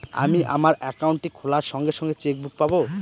আমি আমার একাউন্টটি খোলার সঙ্গে সঙ্গে চেক বুক পাবো?